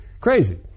Crazy